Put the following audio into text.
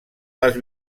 les